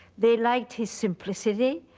they liked his simplicity.